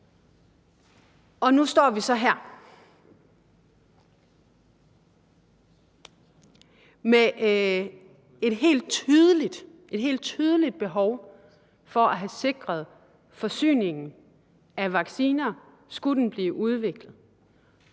af. Nu står vi så her med et helt tydeligt behov for at sikre forsyningen af vacciner, hvis den skulle blive udviklet